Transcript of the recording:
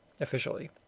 Officially